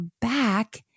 back